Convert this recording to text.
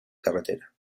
carretera